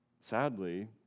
sadly